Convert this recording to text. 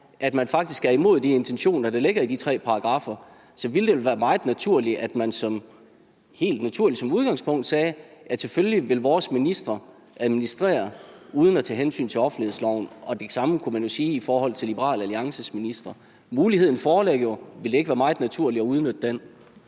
at man faktisk er imod de intentioner, der ligger i de tre paragraffer, så ville det være helt naturligt, at man som udgangspunkt sagde: Selvfølgelig vil vores ministre administrere uden at tage hensyn til offentlighedsloven. Og det samme kunne man jo sige i forhold til Liberal Alliances ministre. Muligheden foreligger jo. Ville det ikke være meget naturligt at udnytte den?